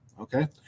okay